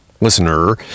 listener